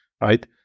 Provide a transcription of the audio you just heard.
right